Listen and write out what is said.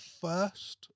first